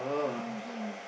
no here